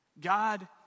God